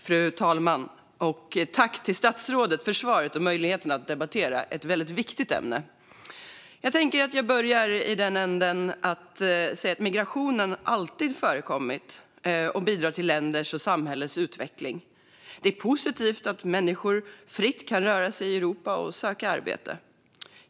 Fru talman! Jag tackar statsrådet för svaret och möjligheten att debattera ett väldigt viktigt ämne. Migration har alltid förekommit och bidrar till länders och samhällens utveckling. Det är positivt att människor fritt kan röra sig i Europa och söka arbete.